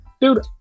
Dude